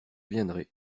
viendrai